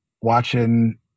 watching